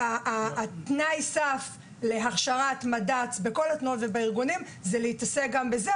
תנאי סף להכשרת מד"צ בכל התנועות ובארגונים זה להתעסק גם בזה.